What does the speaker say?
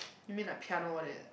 you mean like piano all that